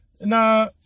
No